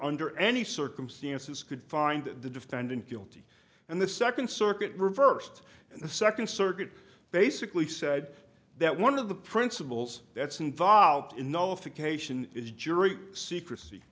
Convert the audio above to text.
under any circumstances could find the defendant guilty and the second circuit reversed and the second circuit basically said that one of the principles that's involved in nullification is jury secrecy